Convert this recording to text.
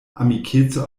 amikeco